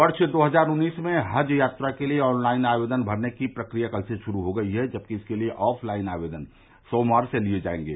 वर्ष दो हजार उन्नीस में हज यात्रा के लिए ऑनलाइन आवेदन भरने की प्रक्रिया कल से शुरू हो गई है जबकि इसके लिए ऑफ लाइन आवेदन सोमवार से लिये जाएंगे